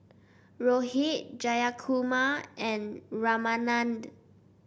Rohit Jayakumar and Ramanand